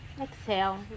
exhale